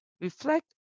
Reflect